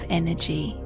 energy